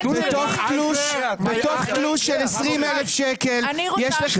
--- בתוך תלוש של 20,000 שקל יש לך